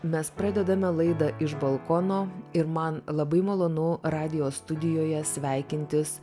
mes pradedame laidą iš balkono ir man labai malonu radijo studijoje sveikintis